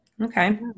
Okay